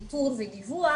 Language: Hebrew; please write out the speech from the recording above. איתור ודיווח,